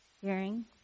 Hearing